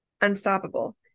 unstoppable